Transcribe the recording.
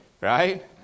right